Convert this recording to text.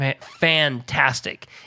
fantastic